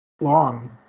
long